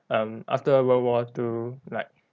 um after world war two like